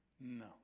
No